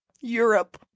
Europe